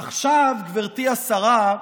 עכשיו, גברתי השרה,